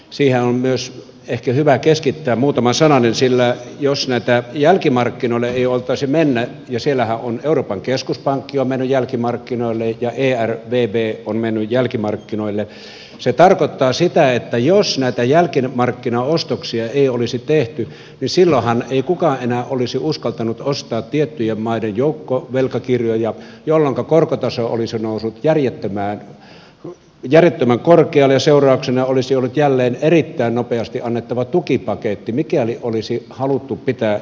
siihenhän on myös ehkä hyvä keskittää muutama sananen sillä jos näille jälkimarkkinoille ei oltaisi menty ja jälkimarkkinaostoksia ei olisi tehty ja siellähän on euroopan keskuspankki mennyt jälkimarkkinoille ja ervv on mennyt jälkimarkkinoille se tarkoittaa sitä että jos meitä jälkimarkkinaostoksia ei olisi tehty silloinhan ei kukaan enää olisi uskaltanut ostaa tiettyjen maiden joukkovelkakirjoja jolloinka korkotaso olisi noussut järjettömän korkealle ja seurauksena olisi ollut jälleen erittäin nopeasti annettava tukipaketti mikäli olisi haluttu pitää euro kasassa